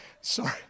Sorry